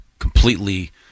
completely